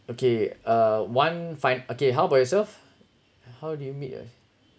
okay uh one fine okay how about yourself how do you meet a